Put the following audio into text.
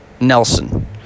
Nelson